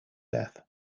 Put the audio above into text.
death